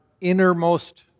innermost